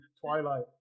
Twilight